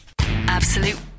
Absolute